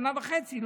שנה וחצי,